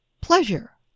pleasure